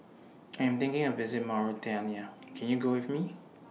I Am thinking of visit Mauritania Can YOU Go with Me